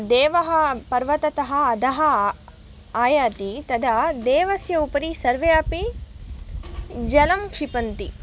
देवः पर्वततः अधः आयाति तदा देवस्योपरि सर्वे अपि जलं क्षिपन्ति